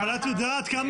אבל את יודעת כמה